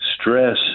stress